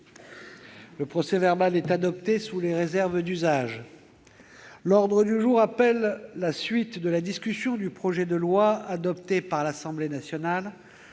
Le procès-verbal est adopté sous les réserves d'usage. L'ordre du jour appelle la suite de la discussion du projet de loi, adopté par l'Assemblée nationale